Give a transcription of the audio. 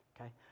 okay